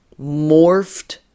morphed